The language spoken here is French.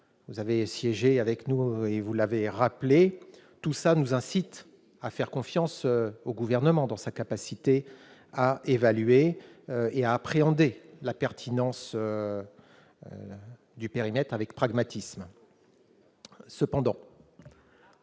vous avez siégé avec nous et vous l'avez rappelé tout ça nous incite à faire confiance au gouvernement dans sa capacité à évaluer et à appréhender la pertinence du périmètre avec pragmatisme.